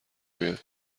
بیاین